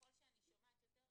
ככל שאני שומעת יותר,